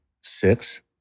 six